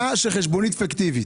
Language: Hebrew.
כמה הממוצע של חשבונית פיקטיבית?